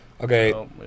Okay